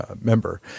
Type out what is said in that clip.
Member